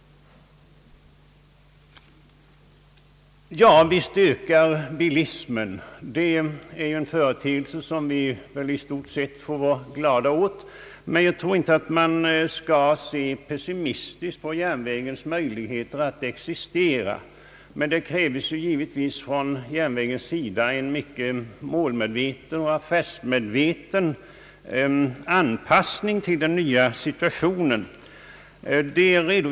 Visst ökar bilismen. Det är ju en företeelse som vi väl i stort sett får vara glada över, men jag tror inte att vi bör se pessimistiskt på järnvägens möjligheter att existera. Det krävs dock givetvis från järnvägens sida en mycket mål medveten och affärsmedveten anpassning till den nya situationen.